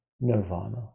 nirvana